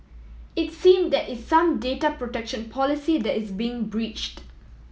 it seem that is some data protection policy that is being breached